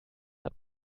hat